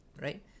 right